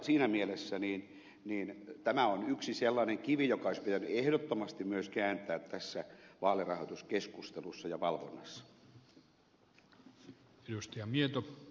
siinä mielessä tämä on yksi sellainen kivi joka myös olisi pitänyt ehdottomasti kääntää tässä vaalirahoituskeskustelussa ja valvonnassa